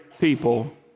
people